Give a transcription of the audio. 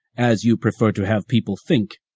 as you prefer to have people think,